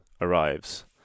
arrives